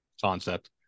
concept